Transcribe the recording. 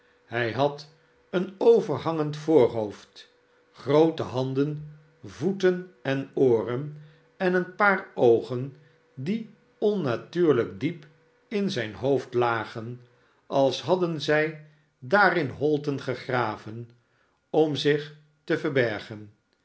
hij had een overhangend voorhoofd groote handen voeten en ooren en een paar oogen die onnatuurlijk diep in zijn hoofd lagen als hadden zij daarin holten gegraven om zich te verbergen